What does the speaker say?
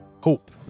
hope